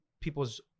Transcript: people's